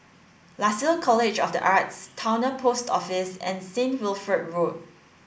Lasalle College of the Arts Towner Post Office and Saint Wilfred Road